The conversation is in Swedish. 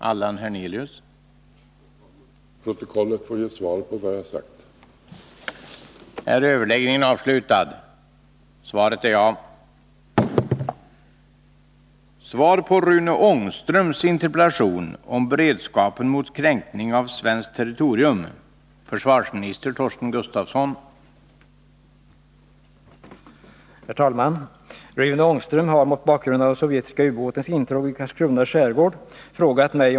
Det faktum att främmande ubåtar kunnat ta sig in på svenskt vatten och nå långt ini ett av våra viktigaste marina skyddsområden utan att upptäckas har väckt stor oro hos svenska folket. Anser försvarministern att vår beredskap mot otillbörligt kränkande av svenskt territorium och därmed också ett utforskande av våra försvarsanläggningar är tillräckligt god?